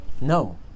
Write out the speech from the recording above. No